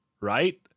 right